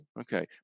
Okay